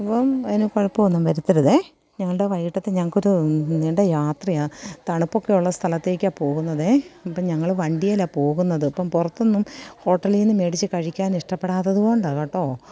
അപ്പോള് അതിന് കുഴപ്പമൊന്നും വരുത്തരുതേ ഞങ്ങളുടെ വൈകിട്ടത്തെ ഞങ്ങള്ക്കൊരു നീണ്ട യാത്രയാണ് തണുപ്പൊക്കെ ഉള്ള സ്ഥലത്തേയ്ക്കാണു പോകുന്നതേ അപ്പോള് ഞങ്ങള് വണ്ടിയേലാണു പോകുന്നത് അപ്പോള് പുറത്തൊന്നും ഹോട്ടലീന്ന് മേടിച്ചു കഴിക്കാനിഷ്ടപ്പെടാത്തതു കൊണ്ടാണ് കേട്ടോ